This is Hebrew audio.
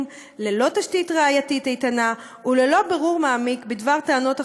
ללא תשתית ראייתית איתנה וללא בירור מעמיק בדבר טענות החשודים.